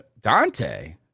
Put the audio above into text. Dante